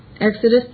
Exodus